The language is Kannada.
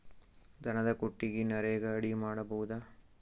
ದನದ ಕೊಟ್ಟಿಗಿ ನರೆಗಾ ಅಡಿ ಮಾಡಬಹುದಾ?